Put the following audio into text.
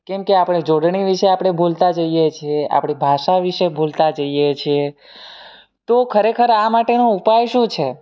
કેમકે આપણે જોડણી વિષે આપણે ભૂલતાં જઈએ છીએ આપણી ભાષા વિષે ભૂલતાં જઈએ છીએ તો ખરેખર આ માટેનો ઉપાય શું છે